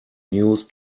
news